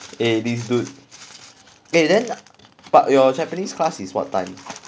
eh this dude eh then but your japanese class is what time